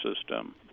system